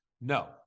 no